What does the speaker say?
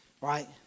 right